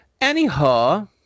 Anyhow